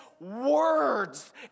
words